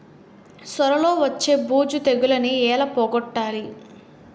సొర లో వచ్చే బూజు తెగులని ఏల పోగొట్టాలి?